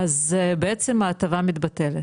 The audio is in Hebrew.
אז בעצם ההטבה מתבטלת,